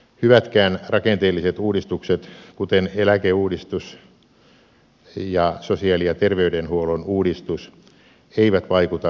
hyvätkään rakenteelliset uudistukset kuten eläkeuudistus ja sosiaali ja terveydenhuollon uudistus eivät vaikuta välittömään tilanteeseen